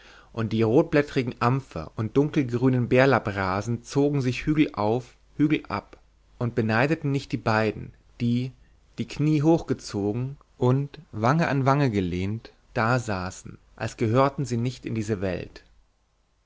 und die rotblättrigen ampfer und dunkelgrünen bärlapprasen zogen sich hügelauf hügelab und beneideten nicht die beiden die die knie hochgezogen und wange an wange gelehnt dasaßen als gehörten sie nicht in diese welt